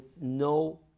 no